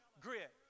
grit